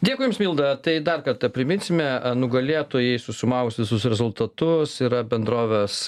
dėkui jums milda tai dar kartą priminsime nugalėtojai susumavus visus rezultatus yra bendrovės